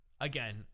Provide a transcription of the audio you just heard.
Again